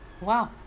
Wow